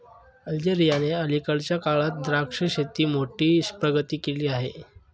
अल्जेरियाने अलीकडच्या काळात द्राक्ष शेतीत मोठी प्रगती केली आहे